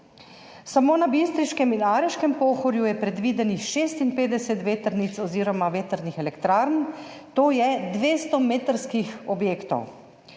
Samo na bistriškem in areškem Pohorju je predvidenih 56 vetrnic oziroma vetrnih elektrarn, to je dvestometrskih objektov.